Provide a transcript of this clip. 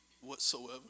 whatsoever